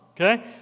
okay